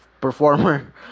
performer